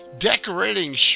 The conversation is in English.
decorating